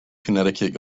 connecticut